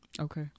Okay